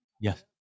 Yes